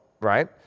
right